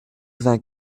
vingt